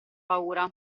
paura